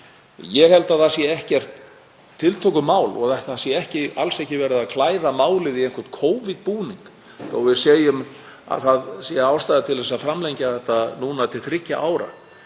Ég held að það sé ekkert tiltökumál og að það sé alls ekki verið að klæða málið í einhvern Covid-búning þó að við segjum að ástæða sé til að framlengja þetta til þriggja ára.